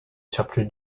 chapter